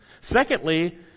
Secondly